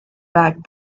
back